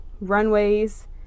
runways